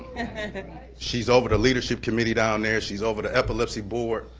and she's over the leadership committee down there. she's over the epilepsy board.